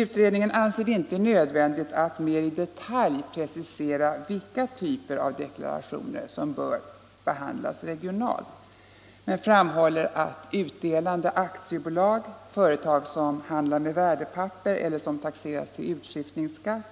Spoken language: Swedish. Utredningen anser det inte nödvändigt att mer i detalj precisera vilka typer av deklarationer som bör behandlas regionalt men framhåller att granskning av deklarationer från utdelande aktiebolag, företag som handlar med värdepapper, eller som taxeras till utskiftningsskatt,